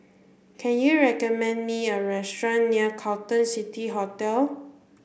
can you recommend me a restaurant near Carlton City Hotel